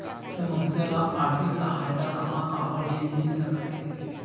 समस्या ल आर्थिक सहायता कहां कहा ले मिल सकथे?